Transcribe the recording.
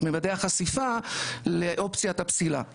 את ממדי החשיפה לאופציית הפסילה?